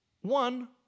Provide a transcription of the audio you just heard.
one